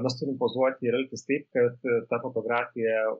mes turim pozuoti ir elgtis taip kad ta fotografija